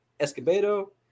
Escobedo